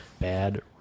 Bad